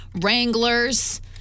wranglers